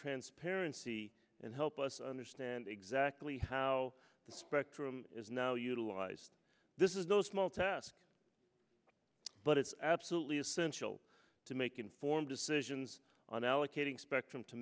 transparency and help us understand exactly how the spectrum is now utilized this is those small tasks but it's absolutely essential to make informed decisions on allocating spectrum to